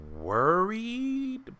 worried